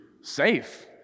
safe